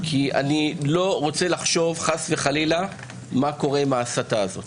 כי אני לא רוצה לחשוב חס וחלילה מה קורה עם ההסתה הזאת.